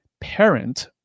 parent